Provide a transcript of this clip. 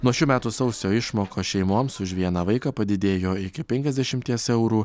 nuo šių metų sausio išmokos šeimoms už vieną vaiką padidėjo iki penkiasdešimies eurų